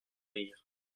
rire